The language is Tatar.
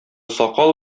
сакал